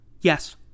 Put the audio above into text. Yes